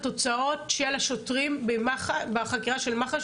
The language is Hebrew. התוצאות של השוטרים בחקירה של מח"ש,